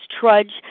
trudge